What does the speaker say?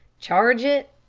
charge it?